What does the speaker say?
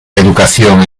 educación